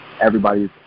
everybody's